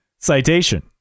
citation